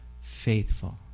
faithful